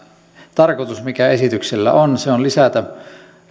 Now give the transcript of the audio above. tarkoitus mikä esityksellä on se on lisätä